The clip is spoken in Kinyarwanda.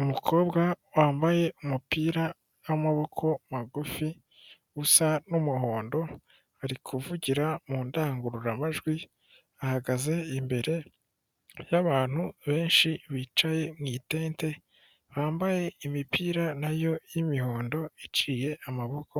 Umukobwa wambaye umupira w'amaboko magufi usa n'umuhondo ari kuvugira mu ndangururamajwi ahagaze imbere y'abantu benshi bicaye mu itente bambaye imipira nayo y'imihondo iciye amaboko